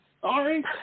sorry